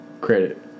credit